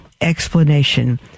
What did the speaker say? explanation